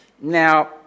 Now